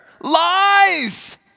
Lies